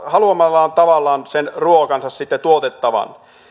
haluamallaan tavalla sen ruokansa sitten tuotettavan